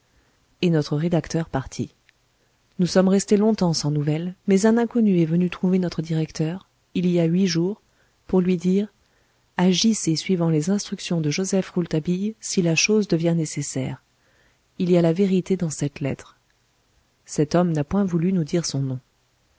et notre rédacteur partit nous sommes restés longtemps sans nouvelles mais un inconnu est venu trouver notre directeur il y a huit jours pour lui dire agissez suivant les instructions de joseph rouletabille si la chose devient nécessaire il y a la vérité dans cette lettre cet homme n'a point voulu nous dire son nom